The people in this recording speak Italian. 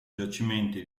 giacimenti